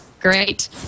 Great